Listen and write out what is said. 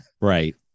Right